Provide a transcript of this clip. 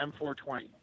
M420